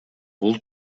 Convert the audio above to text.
бул